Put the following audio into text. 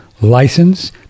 license